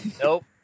nope